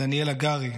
יזומן דניאל הגרי,